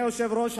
אדוני היושב-ראש,